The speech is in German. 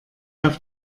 auf